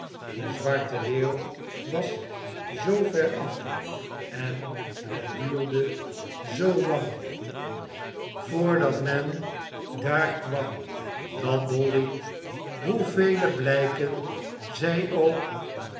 de zwarte leeuw was zoover af en het duurde zoolang y barnaby rudge voordat men daar kwam dat dolly hoevele blijken zij k